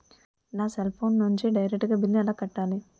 నా cell phone నుంచి direct గా బిల్లు ఎలా కట్టాలి?